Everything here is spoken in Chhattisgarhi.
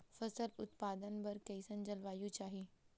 फसल उत्पादन बर कैसन जलवायु चाही?